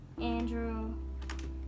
Andrew